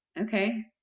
Okay